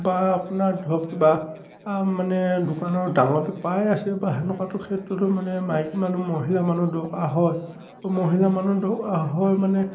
বা আপোনাৰ ধৰক কিবা মানে দোকানৰ ডাঙৰ বেপাৰেই আছে বা সেনেকুৱাটো ক্ষেত্ৰতো মানে মাইকী মানুহ মহিলা মানুহ দৰকাৰ হয় মহিলা মানুহ দৰকাৰ হয় মানে